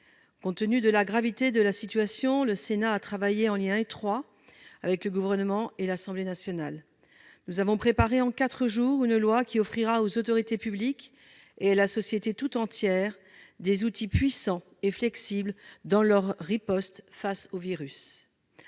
Compte tenu de la gravité de la situation, le Sénat a travaillé en lien très étroit avec le Gouvernement et l'Assemblée nationale. Nous avons préparé en quatre jours une loi qui offrira aux autorités publiques et à la société tout entière des outils puissants et flexibles dans leur riposte face au virus.